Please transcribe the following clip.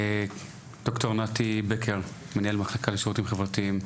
דוקטור נתי בקר, מנהל מחלקה לשירותים חברתיים,